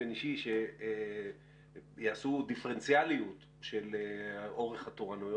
שיעשו דיפרנציאליות של אורך התורניות